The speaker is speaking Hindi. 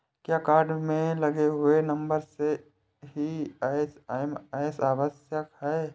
क्या कार्ड में लगे हुए नंबर से ही एस.एम.एस आवश्यक है?